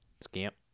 Scamp